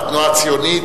בתנועה הציונית,